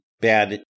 bad